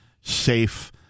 safe